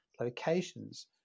locations